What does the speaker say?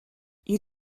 you